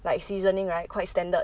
like seasoning right quite standard